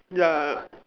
ya